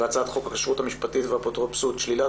והצעת חוק הכשרות המשפטית והאפוטרופסות (תיקון - שלילת